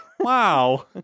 Wow